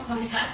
oh ya